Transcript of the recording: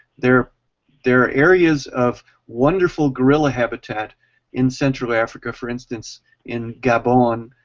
there there are areas of wonderful gorilla habitat in central africa, for instance in gabon,